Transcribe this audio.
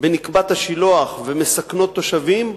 בנקבת-השילוח ומסכנות תושבים,